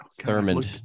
thurmond